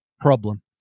problem